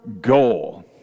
goal